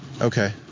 Okay